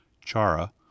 Chara